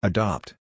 Adopt